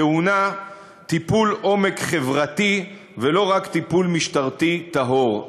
טעון טיפול עומק חברתי, ולא רק טיפול משטרתי טהור.